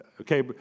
Okay